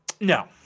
No